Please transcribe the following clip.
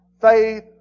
Faith